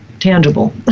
tangible